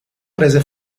prese